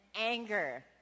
anger